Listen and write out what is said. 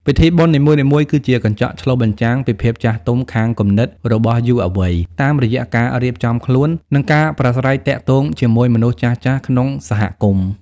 ពិធីបុណ្យនីមួយៗគឺជា "កញ្ចក់ឆ្លុះបញ្ចាំង" ពីភាពចាស់ទុំខាងគំនិតរបស់យុវវ័យ តាមរយៈការរៀបចំខ្លួន និងការប្រាស្រ័យទាក់ទងជាមួយមនុស្សចាស់ៗក្នុងសហគមន៍។